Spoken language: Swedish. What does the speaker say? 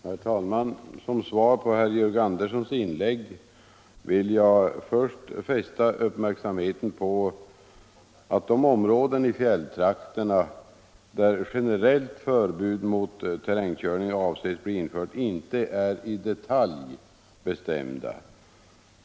Herr talman! Som svar på Georg Anderssons inlägg vill jag först fästa uppmärksamheten på att de områden i fjälltrakterna där generellt förbud mot terrängkörning avses bli infört inte är i detalj angivna.